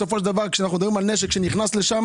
בסופו של דבר, כשאנחנו מדברים על נשק שנכנס לשם